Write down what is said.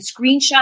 Screenshot